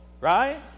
right